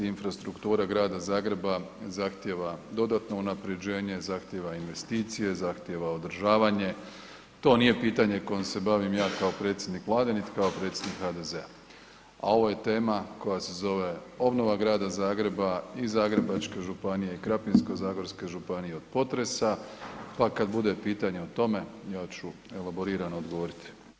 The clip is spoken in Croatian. Infrastruktura Grada Zagreba zahtjeva dodatno unapređenje, zahtjeva investicije, zahtjeva održavanje, to nije pitanje kojim se bavim ja kao predsjednik vlade, niti kao predsjednik HDZ-a, a ovo je tema koja se zove „Obnova Grada Zagreba i Zagrebačke županije i Krapinsko-zagorske županije od potresa“, pa kad bude pitanje o tome ja ću elaborirano odgovoriti.